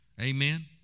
Amen